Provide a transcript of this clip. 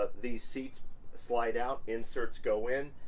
ah these seats slide out, inserts go in,